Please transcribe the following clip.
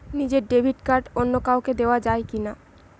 নিজের debit card অন্য কাউকে দেওয়া যায় কি না?